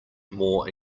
more